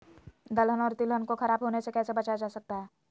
दलहन और तिलहन को खराब होने से कैसे बचाया जा सकता है?